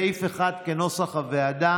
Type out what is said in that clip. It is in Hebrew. קבוצת סיעת הרשימה המשותפת,